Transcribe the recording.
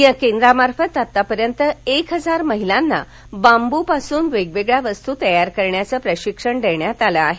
या केंद्रामार्फत आतापर्यंत एक हजार महिलांना बांबूपासून वेगवेगळ्या वस्तू तयार करण्याचं प्रशिक्षण देण्यात आलं आहे